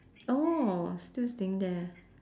oh still staying there